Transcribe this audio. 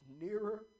nearer